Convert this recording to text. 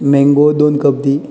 mango दोन cup